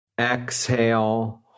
Exhale